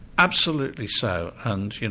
absolutely so. and, you know,